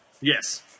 Yes